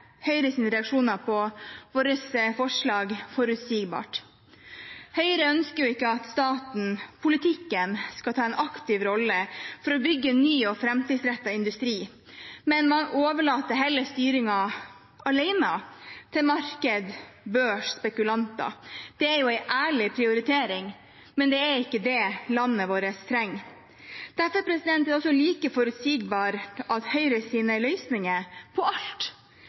reaksjoner på våre forslag forutsigbare. Høyre ønsker ikke at staten, politikken, skal ta en aktiv rolle for å bygge ny og framtidsrettet industri, man overlater heller styringen alene til marked, børs og spekulanter. Det er en ærlig prioritering, men det er ikke det landet vårt trenger. Derfor er det like forutsigbart at Høyres løsninger på alt